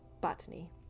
botany